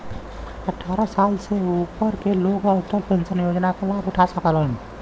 अट्ठारह साल से ऊपर क लोग अटल पेंशन योजना क लाभ उठा सकलन